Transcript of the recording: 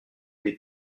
des